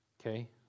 okay